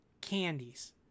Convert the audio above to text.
candies